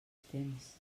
temps